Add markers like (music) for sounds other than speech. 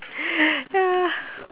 (breath)